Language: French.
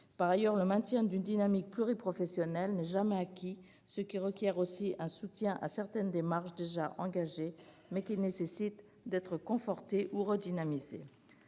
Par ailleurs, le maintien d'une dynamique pluriprofessionnelle n'est jamais acquis, ce qui requiert aussi un soutien à certaines démarches déjà engagées nécessitant d'être confortées ou redynamisées.